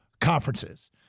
conferences